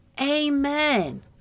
Amen